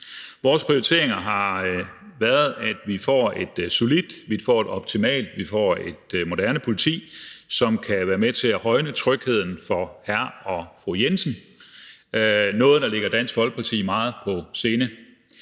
Vores prioriteringer har været, at vi får et solidt, vi får et optimalt og vi får et moderne politi, som kan være med til at højne trygheden for hr. og fru Jensen – noget, der ligger Dansk Folkeparti meget på sinde.